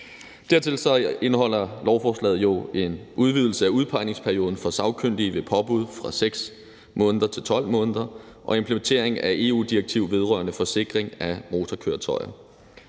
Dertil indeholder lovforslaget jo også en udvidelse af udpegningsperioden for sagkyndige ved påbud fra 6 måneder til 12 måneder og implementering af et EU-direktiv vedrørende forsikring af motorkøretøjer.